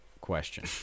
question